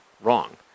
wrong